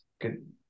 good